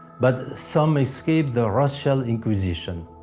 but some escaped the racial inquisition